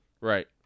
Right